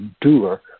doer